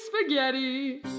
spaghetti